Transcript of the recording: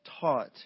taught